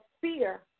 fear